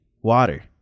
water